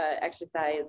exercise